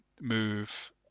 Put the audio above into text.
MOVE